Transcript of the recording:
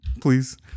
Please